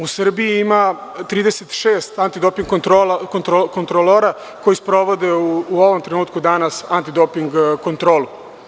U Srbiji ima 36 antidoping kontrolora koji sprovode u ovom trenutku danas antidoping kontrolu.